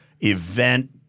event